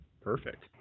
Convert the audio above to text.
Perfect